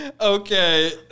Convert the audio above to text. Okay